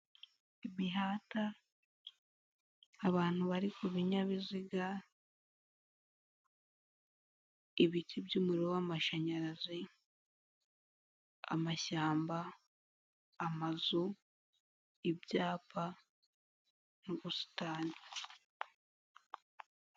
Imihanda, abantu bari ku binyabiziga, ibiti by'umuriro w'amashanyarazi, amashyamba, amazu, ibyapa n'ubusitani.